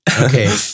Okay